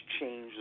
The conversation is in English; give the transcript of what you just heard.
change